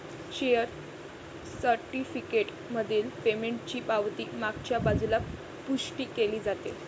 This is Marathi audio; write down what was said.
शेअर सर्टिफिकेट मधील पेमेंटची पावती मागच्या बाजूला पुष्टी केली जाते